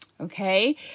Okay